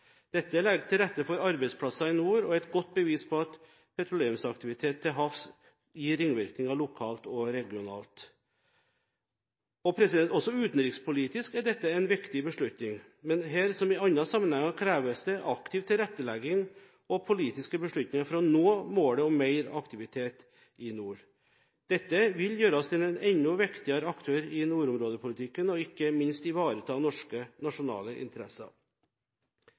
Dette legger til rette for arbeidsplasser i nord og er et godt bevis på at petroleumsaktivitet til havs gir ringvirkninger lokalt og regionalt. Også utenrikspolitisk er dette en viktig beslutning. Men her, som i andre sammenhenger, kreves det aktiv tilrettelegging og politiske beslutninger for å nå målet om mer aktivitet i nord. Dette vil gjøre oss til en enda viktigere aktør i nordområdepolitikken og ikke minst ivareta norske nasjonale interesser.